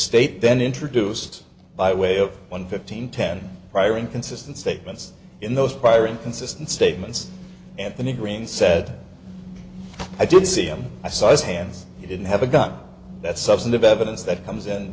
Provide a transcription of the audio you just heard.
state then introduced by way of one fifteen ten prior inconsistent statements in those prior inconsistent statements anthony green said i didn't see him i saw his hands he didn't have a gun that substantive evidence that comes